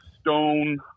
stone